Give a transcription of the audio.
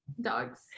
dogs